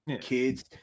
kids